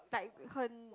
like 很